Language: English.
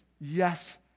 yes